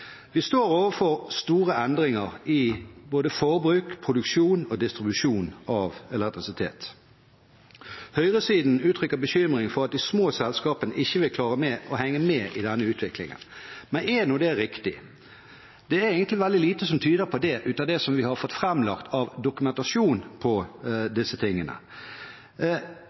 Vi står overfor store endringer i både forbruk, produksjon og distribusjon av elektrisitet. Høyresiden uttrykker bekymring for at de små selskapene ikke vil klare å henge med i denne utviklingen. Men er nå det riktig? Det er egentlig veldig lite som tyder på det, ut fra det vi har fått framlagt av dokumentasjon på disse tingene.